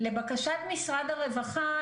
לבקשת משרד הרווחה,